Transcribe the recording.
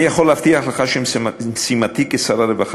אני יכול להבטיח לך שמשימתי כשר הרווחה